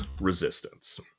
resistance